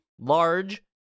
large